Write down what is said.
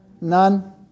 none